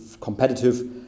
competitive